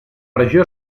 regió